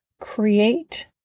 create